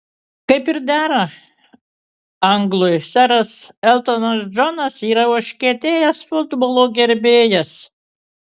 kaip ir dera anglui seras eltonas džonas yra užkietėjęs futbolo gerbėjas